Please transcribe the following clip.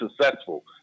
successful